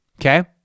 Okay